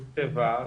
שתוקצבה,